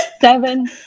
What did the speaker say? Seven